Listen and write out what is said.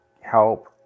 help